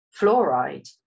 Fluoride